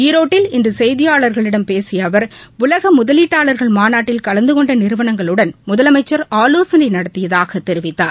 ஈரோட்டில் இன்று செய்தியாளர்களிடம் பேசிய அவர் உலக முதலீட்டாளர் மாநாட்டில் கலந்துகொண்ட நிறுவனங்களுடன் முதலமைச்சர் ஆலோசனை நடத்தியதாக தெரிவித்தார்